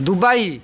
Dubai